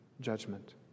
judgment